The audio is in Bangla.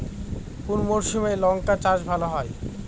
কোন মরশুমে লঙ্কা চাষ ভালো হয়?